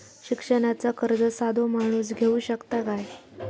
शिक्षणाचा कर्ज साधो माणूस घेऊ शकता काय?